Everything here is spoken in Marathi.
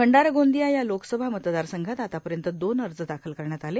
भंडारा गोंदिया या लोकसभा मतदार संघात आता पर्यंत दोन अर्ज दाखल करण्यात आले